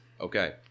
Okay